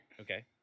Okay